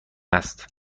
است